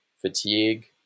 fatigue